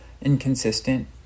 inconsistent